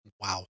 Wow